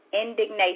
indignation